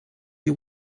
you